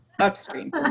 Upstream